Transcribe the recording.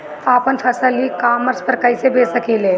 आपन फसल e commerce पर कईसे बेच सकिले?